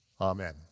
Amen